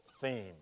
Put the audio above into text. theme